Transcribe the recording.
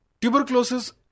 Tuberculosis